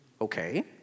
okay